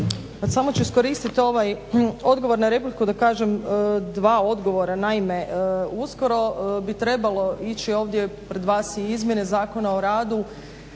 samo ću iskoristiti ovaj odgovor na repliku da kažem dva odgovora. Naime, uskoro bi trebalo ići ovdje pred vas i izmjene Zakona o radu.